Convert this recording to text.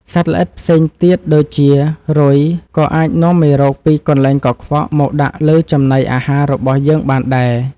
សត្វល្អិតផ្សេងទៀតដូចជា រុយ ក៏អាចនាំមេរោគពីកន្លែងកខ្វក់មកដាក់លើចំណីអាហាររបស់យើងបានដែរ។